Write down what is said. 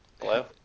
Hello